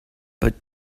but